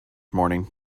morning